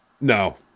No